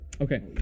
Okay